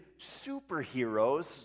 superheroes